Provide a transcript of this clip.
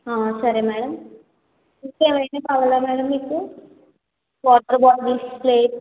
సరే మేడం ఇంకేమైనా కావాలా మేడం మీకు వాటర్ బాటిల్స్ ప్లేట్స్